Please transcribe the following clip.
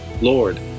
Lord